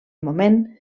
moment